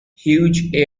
huge